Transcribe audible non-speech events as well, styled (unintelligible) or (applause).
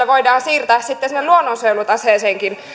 (unintelligible) voidaan siirtää sitten sinne luonnonsuojelutaseeseenkin